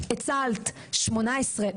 הצלת 18 אנשים,